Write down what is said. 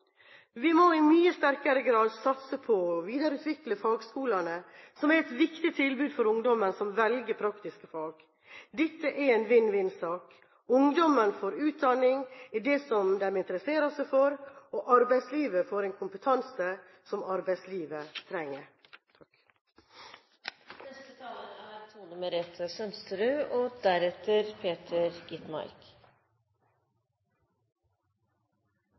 Vi må i mye sterkere grad satse på og videreutvikle fagskolene, som er et viktig tilbud for ungdom som velger praktiske fag. Dette er en vinn-vinn-sak. Ungdommene får utdanning i det som de interesserer seg for, og arbeidslivet får en kompetanse som arbeidslivet trenger.